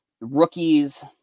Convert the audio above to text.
rookies